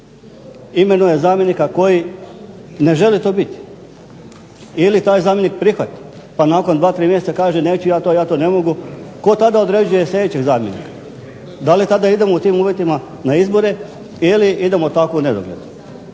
imenuje zamjenika koji to ne želi biti ili taj zamjenik prihvati pa nakon dva, tri mjeseca kaže neću ja to, ja to ne mogu, tko tada određuje sljedećeg zamjenika? Da li tada idemo u tim uvjetima na izbore ili idemo tako u nedogled?